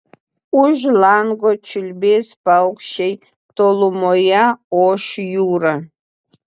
už lango čiulbės paukščiai tolumoje oš jūra